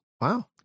Wow